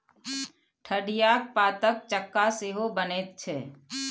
ठढियाक पातक चक्का सेहो बनैत छै